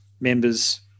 members